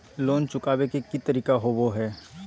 Loan चुकाबे के की तरीका होबो हइ?